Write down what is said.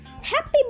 Happy